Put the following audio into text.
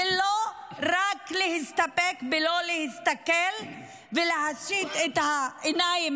ולא להסתפק רק בלא להסתכל ולהסיט את העיניים